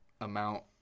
amount